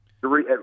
three